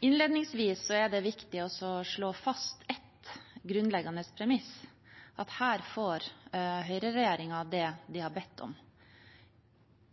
Innledningsvis er det viktig å slå fast ett grunnleggende premiss, at her får høyreregjeringen det de har bedt om.